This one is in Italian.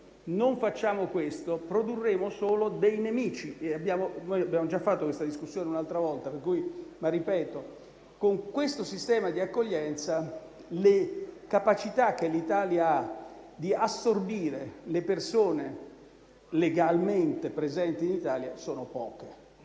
non facciamo questo, produrremo solo dei nemici. E abbiamo già fatto questa discussione un'altra volta, ma ripeto che, con questo sistema di accoglienza, le capacità che l'Italia ha di assorbire le persone legalmente presenti in Italia sono poche.